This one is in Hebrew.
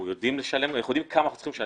אנחנו יודעים כמה אנחנו צריכים לשלם.